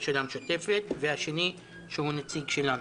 של המשותפת, והשני שהוא נציג שלנו.